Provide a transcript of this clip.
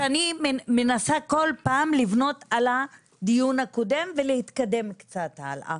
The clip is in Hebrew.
שאני כל פעם מנסה לבנות על הדיון הקודם ולהתקדם קצת הלאה,